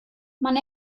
man